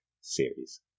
series